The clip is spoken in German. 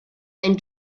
ein